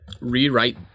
rewrite